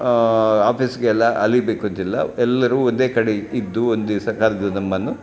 ಆಫೀಸ್ಗೆಲ್ಲ ಅಲಿಬೇಕಂತಿಲ್ಲ ಎಲ್ಲರೂ ಒಂದೇ ಕಡೆ ಇದ್ದು ಒಂದಿವಸ ಕರೆದು ನಮ್ಮನ್ನು